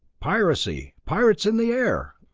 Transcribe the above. piracy! pirates in the air!